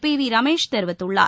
B V Ramesh தெரிவித்துள்ளார்